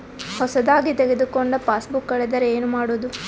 ಹೊಸದಾಗಿ ತೆಗೆದುಕೊಂಡ ಪಾಸ್ಬುಕ್ ಕಳೆದರೆ ಏನು ಮಾಡೋದು?